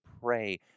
pray